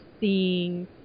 seeing